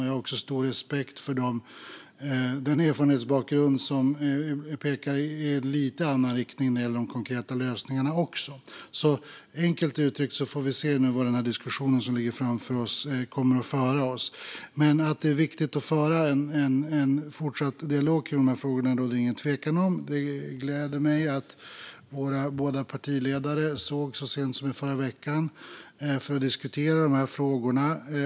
Jag har också stor respekt för den erfarenhetsbakgrund som pekar i en lite annan riktning när det gäller de konkreta lösningarna. Enkelt uttryckt får vi se vart den diskussion som ligger framför oss kommer att föra oss, men att det är viktigt att föra en fortsatt dialog kring de här frågorna råder det ingen tvekan om. Det gläder mig att våra båda partiledare sågs så sent som i förra veckan för att diskutera dessa frågor.